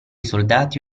soldati